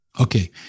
Okay